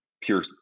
pure